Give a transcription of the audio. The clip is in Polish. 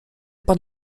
pan